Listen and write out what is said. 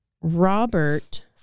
Robert